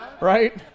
right